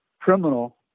criminal